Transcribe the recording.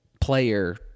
player